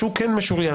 שהוא כן משוריין.